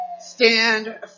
stand